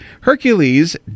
Hercules